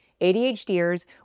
ADHDers